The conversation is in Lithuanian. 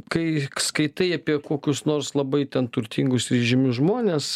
kai skaitai apie kokius nors labai ten turtingus ir įžymius žmones